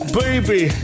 baby